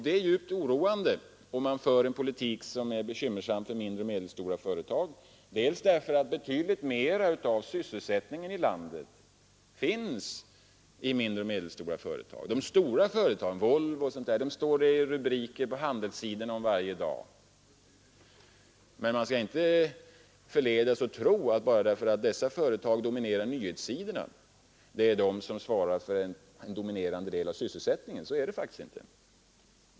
Det är djupt oroande, om man för en politik som är bekymmersam för mindre och medelstora företag, därför att betydligt mera av sysselsättningen i landet finns i just mindre och medelstora företag än i andra. De stora företagen — Volvo och andra — står det stora rubriker om på tidningarnas handelssidor varje dag, men man bör inte föranledas att tro att det är dessa företag som svarar för en dominerande del av sysselsättningen bara därför att de dominerar nyhetssidorna; det är det faktiskt inte.